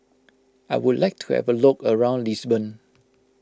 I would like to have a look around Lisbon